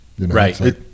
Right